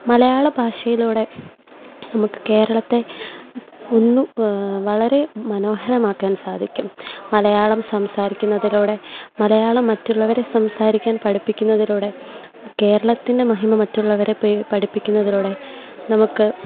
മലയാള ഭാഷയിലൂടെ നമുക്ക് കേരളത്തെ ഒന്ന് വളരെ മനോഹരമാക്കാൻ സാധിക്കും മലയാളം സംസാരിക്കുന്നതിലൂടെ മലയാളം മറ്റുള്ളവരെ സംസാരിക്കാൻ പഠിപ്പിക്കുന്നതിലൂടെ കേരളത്തിൻ്റെ മഹിമ മറ്റുള്ളവരെ പേ പഠിപ്പിക്കുന്നതിലൂടെ നമുക്ക്